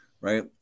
Right